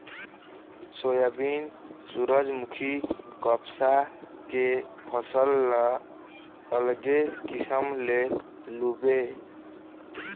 soybean, सूरजमूखी, कपसा के फसल ल अलगे किसम ले लूबे